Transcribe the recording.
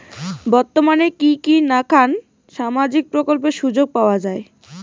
বর্তমানে কি কি নাখান সামাজিক প্রকল্পের সুযোগ পাওয়া যায়?